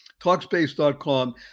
Talkspace.com